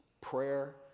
prayer